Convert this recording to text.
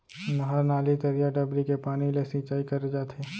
नहर, नाली, तरिया, डबरी के पानी ले सिंचाई करे जाथे